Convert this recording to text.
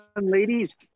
ladies